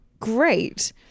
great